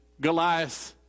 Goliath